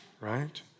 right